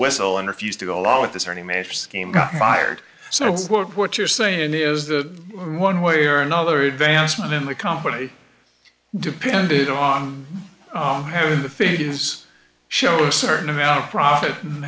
whistle and refused to go along with this or any major scheme got fired so what you're saying is the one way or another advancement in the company depended on having the fifty's show a certain amount of profit